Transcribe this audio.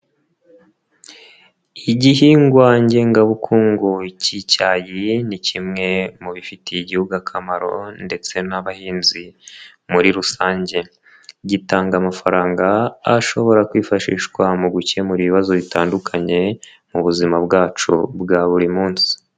Igihingwa ngengabukungu cy'icyayi, ni kimwe mu bifitiye igihugu akamaro ndetse n'abahinzi muri rusange. Gitanga amafaranga ashobora kwifashishwa mu gukemura ibibazo bitandukanye mu buzima bwacu bwa buri munsi.